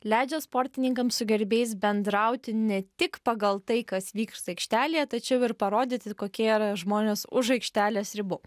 leidžia sportininkams su gerbėjais bendrauti ne tik pagal tai kas vyksta aikštelėje tačiau ir parodyti kokie yra žmonės už aikštelės ribų